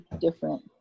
different